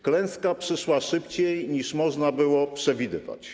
Klęska przyszła szybciej, niż można było przewidywać.